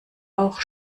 auch